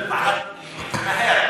אני מציע, מה אתה מציע?